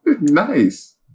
nice